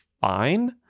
fine